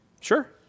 Sure